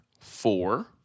four